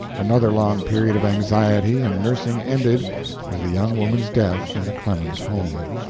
another long period of anxiety and nursing ended with the young woman's death in the clemens home.